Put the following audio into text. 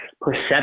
perception